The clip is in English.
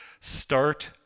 start